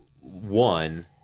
One